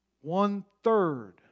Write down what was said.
One-third